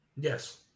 Yes